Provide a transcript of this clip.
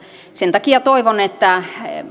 sen takia toivon että